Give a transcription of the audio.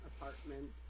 apartment